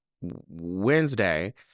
Wednesday